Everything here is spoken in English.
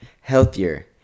healthier